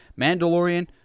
Mandalorian